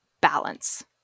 balance